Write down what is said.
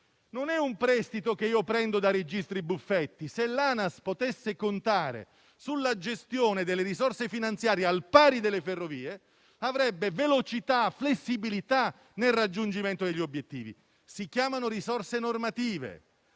né un prestito che prendo da registri Buffetti: se l'ANAS potesse contare sulla gestione delle risorse finanziarie al pari delle Ferrovie dello Stato, avrebbe velocità e flessibilità nel raggiungimento degli obiettivi. Si chiamano risorse normative,